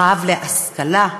רעב להשכלה,